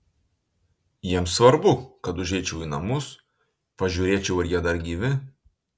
jiems svarbu kad užeičiau į namus pažiūrėčiau ar jie dar gyvi